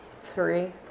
Three